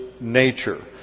nature